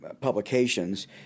publications